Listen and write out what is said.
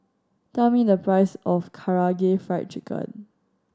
tell me the price of Karaage Fried Chicken